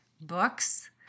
books